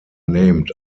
named